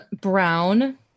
brown